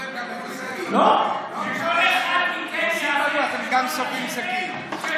כל אחד מכם יעשה את חשבון הנפש